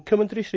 मुख्यमंत्री श्री